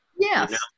Yes